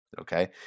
Okay